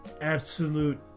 absolute